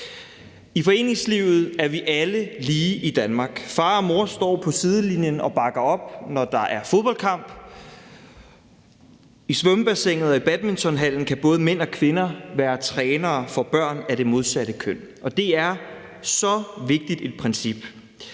I foreningslivet er vi alle lige i Danmark. Far og mor står på sidelinjen og bakker op, når der er fodboldkamp. I svømmebassinet og i badmintonhallen kan både mænd og kvinder være trænere for børn af det modsatte køn. Og det er så vigtigt et princip.